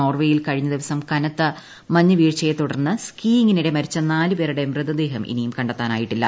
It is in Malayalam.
നോർവെയിൽ കഴിഞ്ഞ ദിവസം കനത്ത മഞ്ഞ് വീഴ്ചയെ തുടർന്ന് സ്കീയിങിനിടെ മരിച്ച നാല് പേരുടെ മൃതദേഹം ഇനിയും കണ്ടെത്താനായില്ല